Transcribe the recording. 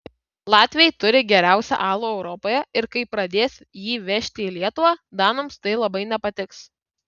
latviai turi geriausią alų europoje ir kai pradės jį vežti į lietuvą danams tai labai nepatiks